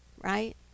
right